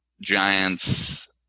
Giants